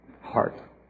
heart